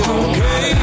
okay